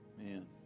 Man